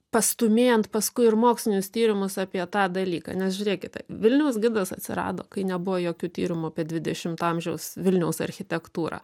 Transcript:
pastūmėjant paskui ir mokslinius tyrimus apie tą dalyką nes žiūrėkite vilniaus gidas atsirado kai nebuvo jokių tyrimų apie dvidešimto amžiaus vilniaus architektūrą